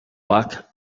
luck